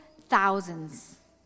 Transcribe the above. thousands